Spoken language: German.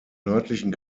nördlichen